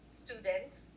students